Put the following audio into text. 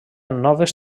noves